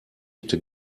hätte